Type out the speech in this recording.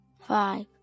five